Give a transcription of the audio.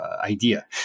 idea